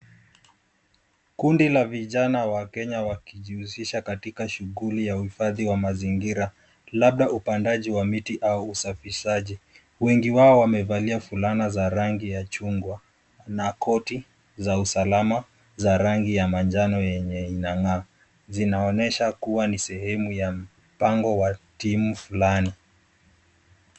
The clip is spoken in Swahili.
Kundi la vijana wa Kenya wakijihusisha katika shughuli ya uhifadhi wa mazingira, labda upandaji wa miti au usafishaji. Wengi wao wamevalia fulana za rangi ya chungwa na koti za usalama za rangi ya manjano yenye inang'aa. Zinaonyesha kuwa ni sehemu ya mpango wa team fulani.